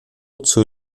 zur